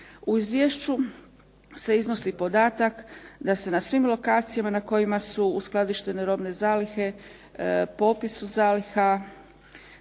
U izvješću se iznosi podatak da se na svim lokacijama na kojima su uskladištene robne zalihe popisu zaliha